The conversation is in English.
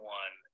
one